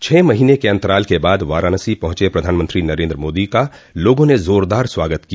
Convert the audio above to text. छः महीने के अन्तराल के बाद वाराणसी पहुंचे प्रधानमंत्री नरन्द्र मोदी का लोगों ने जोरदार स्वागत किया